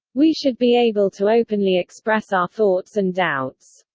we should be able to openly express our thoughts and doubts.